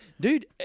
Dude –